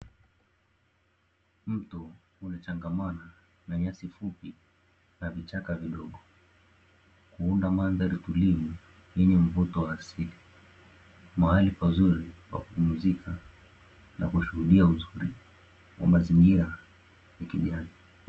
Mto uliochangamana na nyasi fupi na vichaka vidogo, huunda mandhari tulivu yenye mvuto wa asili, mahali pazuri pa kupumzika na kushuhudia uzuri wa mazingira ya kijani.